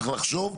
צריך לחשוב.